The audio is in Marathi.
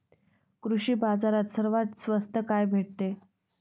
कृषी बाजारात सर्वात स्वस्त काय भेटते?